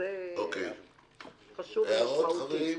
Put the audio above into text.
שזה חשוב משמעותית.